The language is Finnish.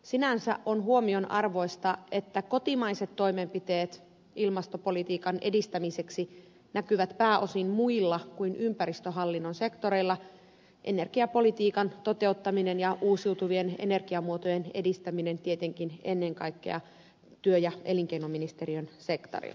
sinänsä on huomionarvoista että kotimaiset toimenpiteet ilmastopolitiikan edistämiseksi näkyvät pääosin muilla kuin ympäristöhallinnon sektoreilla energiapolitiikan toteuttaminen ja uusiutuvien energiamuotojen edistäminen tietenkin ennen kaikkea työ ja elinkeinoministeriön sektorilla